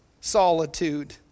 solitude